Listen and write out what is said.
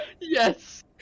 Yes